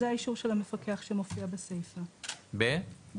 זה האישור של המפקח שמופיע בסיפה שהקראתי,